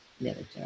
military